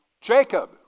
Jacob